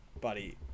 Buddy